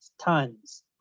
tons